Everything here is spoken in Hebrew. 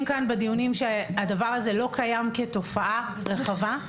כאן בדיונים שהדבר הזה לא קיים כתופעה רחבה.